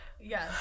Yes